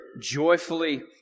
joyfully